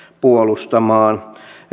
puolustamaan